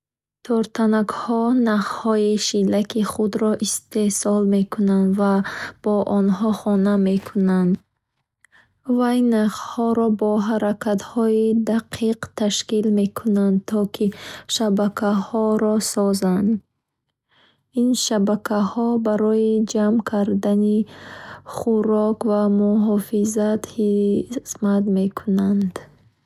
Тортанакҳо нахҳои шилаки худро истеҳсол мекунад ва бо онҳо хона мекунад. Вай нахҳоро бо ҳаракатҳои дақиқ ташкил мекунад, то ки шабакаҳоро созад. Ин шабакаҳо барои ҷам кардани хӯрок ва муҳофизат хизмат мекунанд.